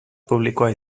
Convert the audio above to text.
publikoa